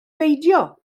beidio